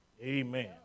Amen